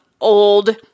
old